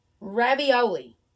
Ravioli